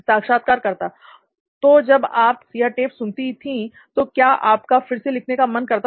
साक्षात्कारकर्ता तो जब आप यह टेप्स सुनती थी तो क्या आपका फिर से लिखने का मन करता था